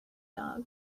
dog